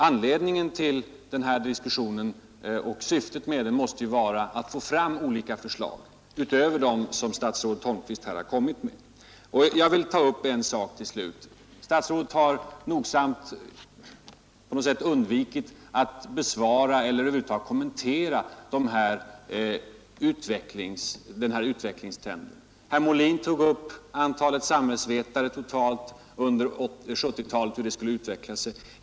Syftet med denna diskussion måste ju vara att få fram olika förslag utöver dem som statsrådet Holmqvist här kommit med. Jag vill till slut ta upp en annan sak. Statsrådet har nogsamt undvikit att över huvud taget kommentera den här utvecklingstrenden. Herr Molin berörde utvecklingen när det gäller antalet samhällsvetare under 1970 talet.